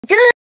Good